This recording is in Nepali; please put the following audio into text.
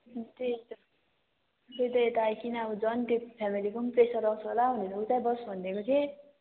त्यही त त्यही त यता आएपछि पनि अब झन् फ्यामिलीको पनि प्रेसर आउँछ होला भनेर उतै बस भनिदिएको थिएँ